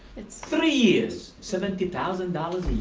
three years, seventy thousand dollars a